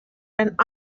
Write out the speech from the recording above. and